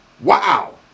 Wow